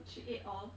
she ate all